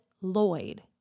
Lloyd